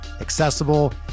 accessible